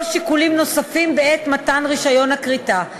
שיקולים נוספים בעת מתן רישיון כריתה,